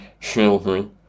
children